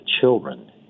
children